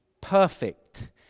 perfect